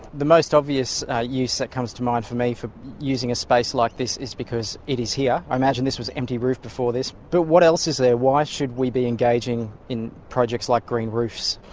the most obvious use that comes to mind for me for using a space like this is because it is here. i imagine this was empty roof before this. but what else is there? why should we be engaging in projects like green roofs?